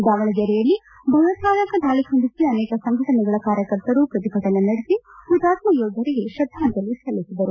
ದಾವಣಗೆರೆಯಲ್ಲಿ ಭಯೋತ್ಪಾದಕರ ದಾಳಿ ಖಂಡಿಸಿ ಅನೇಕ ಸಂಘಟನೆಗಳ ಕಾರ್ಯಕರ್ತರು ಪ್ರತಿಭಟನೆ ನಡೆಸಿ ಹುತಾತ್ಮ ಯೋಧರಿಗೆ ಶ್ರದ್ಧಾಂಜಲಿ ಸಲ್ಲಿಸಿದರು